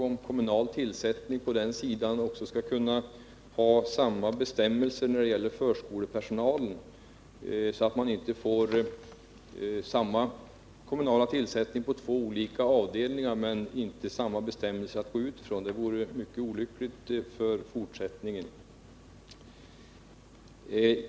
Om det förslaget genomförs, så är det naturligtvis viktigt att samma bestämmelser gäller för förskolepersonalen, så att man inte får kommunal tillsättning på två olika avdelningar under olika förutsättningar, något som vore mycket olyckligt för fortsättningen.